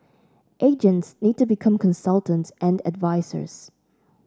agents need to become consultants and advisers